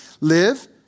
Live